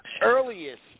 earliest